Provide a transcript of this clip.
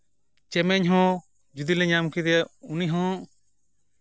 ᱪᱮᱢᱮᱧ ᱦᱚᱸ ᱡᱩᱫᱤ ᱞᱮ ᱧᱟᱢ ᱠᱮᱫᱮᱭᱟ ᱩᱱᱤ ᱦᱚᱸ